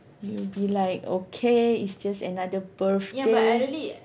you'll be like okay it's just another birthday